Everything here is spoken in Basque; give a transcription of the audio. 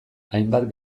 hainbat